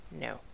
no